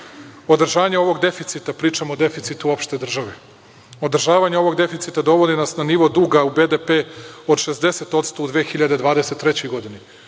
Održanje ovog deficita, pričam o deficitu opšte države, održavanje ovog deficita dovodi nas na nivo duga u BDP od 60% u 2023. godini,